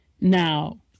now